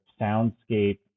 soundscape